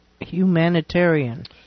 Humanitarian